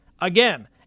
Again